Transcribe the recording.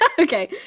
okay